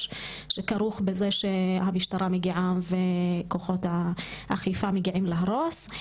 שכרוך בזה שהמשטרה מגיעה וכוחות האכיפה מגיעים להרוס.